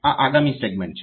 આ આગામી સેગમેન્ટ છે